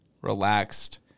relaxed